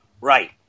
Right